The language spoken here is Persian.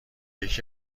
یکی